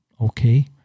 okay